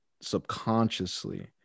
subconsciously